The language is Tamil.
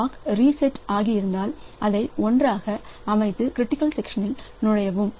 லாக் ரீசெட் ஆகியிருந்தால் அதை 1 ஆக அமைத்து கிரிட்டிக்கல் சக்சன் நுழையவும்